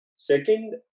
Second